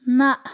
نَہ